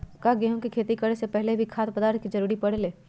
का गेहूं के खेती करे से पहले भी खाद्य पदार्थ के जरूरी परे ले?